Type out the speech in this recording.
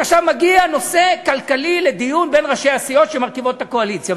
כאשר מגיע נושא כלכלי לדיון בין ראשי הסיעות שמרכיבות את הקואליציה,